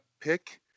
pick